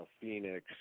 phoenix